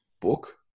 book